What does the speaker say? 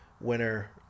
winner